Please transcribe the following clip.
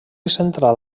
central